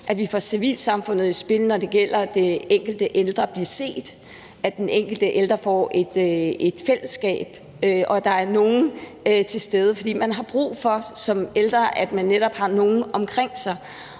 at vi får civilsamfundet i spil, når det gælder den enkelte ældre – at den enkelte ældre blive set, at den enkelte ældre får et fællesskab, og at der er nogen til stede. For man har som ældre brug for, at man netop har nogen omkring sig,